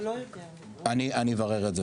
אני אברר את זה.